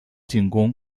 进攻